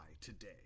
today